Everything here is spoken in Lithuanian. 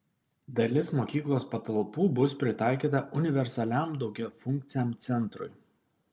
dalis mokyklos patalpų bus pritaikyta universaliam daugiafunkciam centrui